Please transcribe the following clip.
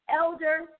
elder